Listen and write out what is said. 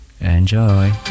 enjoy